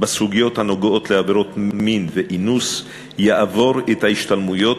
בסוגיות הנוגעות לעבירות מין ואינוס יעבור את ההשתלמויות,